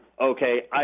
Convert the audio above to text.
Okay